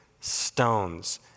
stones